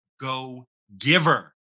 Go-Giver